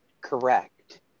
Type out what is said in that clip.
correct